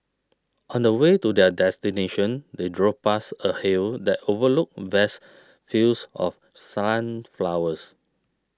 on the way to their destination they drove past a hill that overlooked vast fields of sunflowers